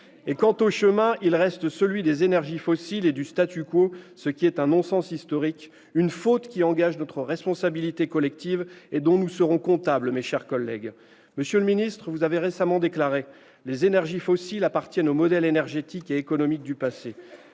Quant au chemin, il reste celui des énergies fossiles et du, ce qui est un non-sens historique, une faute qui engage notre responsabilité collective et dont nous serons comptables, mes chers collègues. Monsieur le ministre d'État, vous avez récemment déclaré :« Les énergies fossiles appartiennent au modèle énergétique et économique du passé.